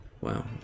wow